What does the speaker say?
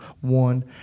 One